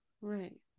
Right